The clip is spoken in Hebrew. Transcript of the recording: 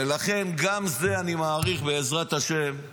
ולכן גם זה אני מעריך, בעזרת השם,